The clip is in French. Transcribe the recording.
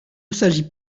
s’agit